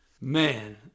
Man